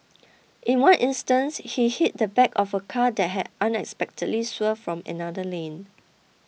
in one instance he hit the back of a car that had unexpectedly swerved from another lane